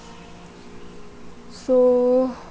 so